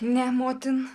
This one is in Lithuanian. ne motin